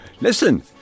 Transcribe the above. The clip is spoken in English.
listen